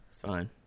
fine